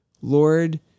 Lord